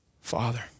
Father